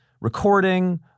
recording